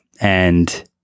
And-